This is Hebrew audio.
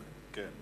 8,